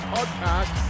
Podcast